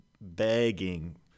begging